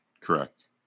Correct